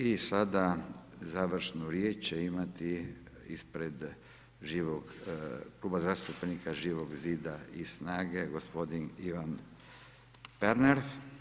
I sada završnu riječ će imati ispred Kluba zastupnika Živog zida i SNAG-a gospodin Ivan Pernar.